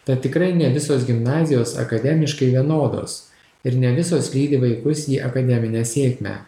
tad tikrai ne visos gimnazijos akademiškai vienodos ir ne visos lydi vaikus į akademinę sėkmę